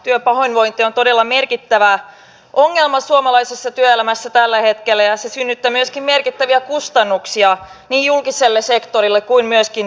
työpahoinvointi on todella merkittävä ongelma suomalaisessa työelämässä tällä hetkellä ja se synnyttää myöskin merkittäviä kustannuksia niin julkiselle sektorille kuin myöskin työnantajille